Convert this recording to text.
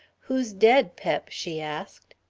who's dead, pep? she asked.